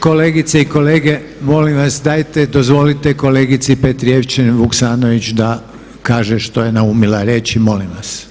Kolegice i kolege, molim vas dajte dozvolite kolegici Petrijevčanin Vukasnović da kaže što je naumila reći, molim vas?